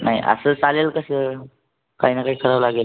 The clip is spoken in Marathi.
नाय आसं चालेल कसं काय ना काई करावं लागेल